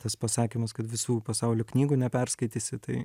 tas pasakymas kad visų pasaulio knygų neperskaitysi tai